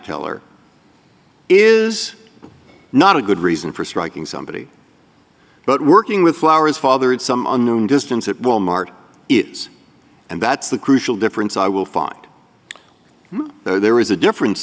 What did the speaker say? teller is not a good reason for striking somebody but working with flowers father in some unknown distance at wal mart is and that's the crucial difference i will find though there is a difference